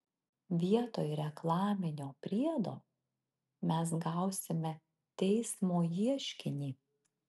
vietoj reklaminio priedo mes gausime teismo ieškinį